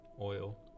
oil